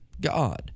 God